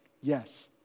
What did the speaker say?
yes